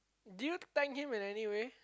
did you thank him in any way